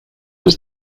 was